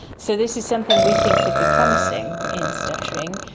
so this is something we think could be promising in stuttering.